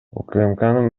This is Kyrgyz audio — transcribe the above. укмкнын